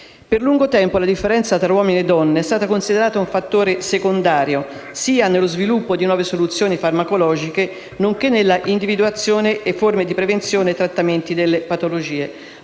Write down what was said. Per lungo tempo la differenza tra uomini e donne è stata considerata un fattore secondario, sia nello sviluppo di nuove soluzioni farmacologiche che nella individuazione di forme di prevenzione e trattamento delle patologie.